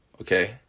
Okay